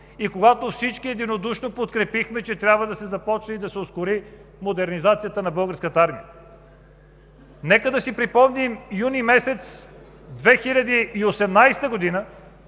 и когато всички единодушно подкрепихме, че трябва да се започне и да се ускори модернизацията на Българската армия. Нека да си припомним месец юни 2018 г.,